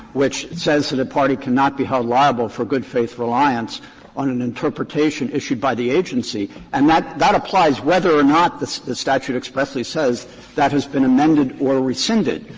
which says that a party cannot be held liable for good faith reliance on an interpretation issued by the agency, and that that applies whether or not the statute expressly says that has been amended or rescinded.